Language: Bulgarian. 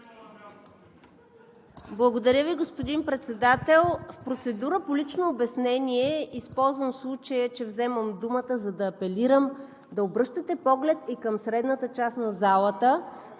Благодаря Ви, господин Председател. Процедура по лично обяснение. Използвам случая, че вземам думата, за да апелирам да обръщате поглед и към средната част на залата.